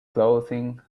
clothing